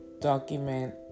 document